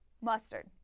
Mustard